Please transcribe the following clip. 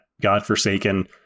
godforsaken